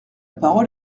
parole